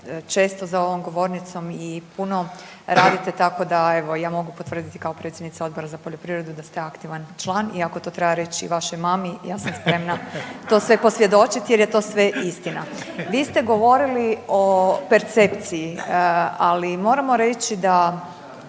često za ovom govornicom i puno radite tako da evo ja mogu potvrditi kao predsjednica Odbora za poljoprivredu da ste aktivan član i ako to treba reći i vašoj mami ja sam spremna to sve posvjedočiti jer je to sve istina. Vi ste govorili o percepciji, ali moramo reći da